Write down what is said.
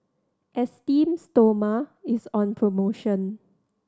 Esteem Stoma is on promotion